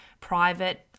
private